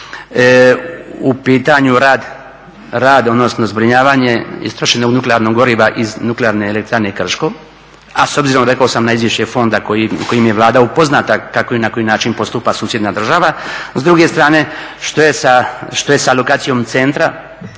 u pitanju rad odnosno zbrinjavanje istrošenog nuklearnog goriva iz Nuklearne elektrane Krško, a s obzirom rekao sam na izvješće fonda kojim je Vlada upoznata kako i na koji način postupa susjedna država. S druge strane, što je sa lokacijom centra